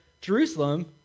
Jerusalem